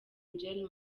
angel